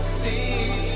see